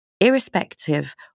irrespective